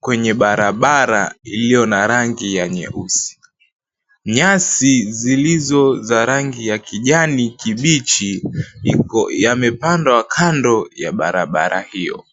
kwenye barabara iliyo na rangi ya nyeusi. Nyasi zilizo za rangi ya kijani kibichi, yamepandwa kando ya barabara hiyo.